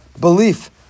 belief